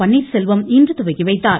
பன்னாசெல்வனம் இன்று துவக்கிவைத்தார்